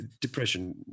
Depression